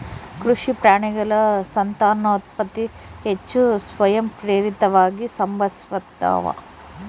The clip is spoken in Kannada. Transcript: ಕೃಷಿ ಪ್ರಾಣಿಗಳ ಸಂತಾನೋತ್ಪತ್ತಿ ಹೆಚ್ಚು ಸ್ವಯಂಪ್ರೇರಿತವಾಗಿ ಸಂಭವಿಸ್ತಾವ